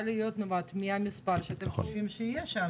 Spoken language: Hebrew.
להיות לפי המספר שאתם חושבים שיהיה שם.